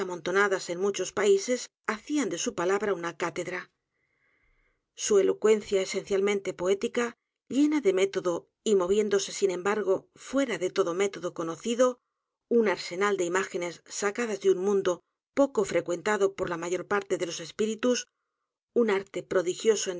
amontonadas en muchos países hacían de su palabra una cátedra su elocuencia esencialmente poética llena de método y moviéndose sin embargo fuera de todo método conocido un arsenal de imágenes sacadas de un mundo poco frecuentado por la mayor parte de los espíritus un arte prodigioso